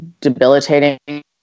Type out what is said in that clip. debilitating